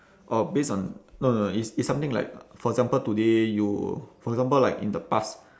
orh based on no no no it's it's something like for example today you for example like in the past